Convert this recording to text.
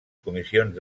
comissions